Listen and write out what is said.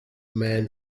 man